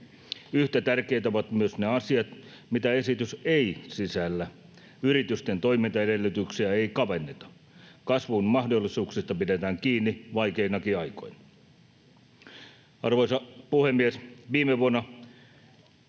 Yhtä tärkeitä ovat myös ne asiat, mitä esitys ei sisällä: yritysten toimintaedellytyksiä ei kavenneta. Kasvun mahdollisuuksista pidetään kiinni vaikeinakin aikoina. Arvoisa puhemies! Viime vuonna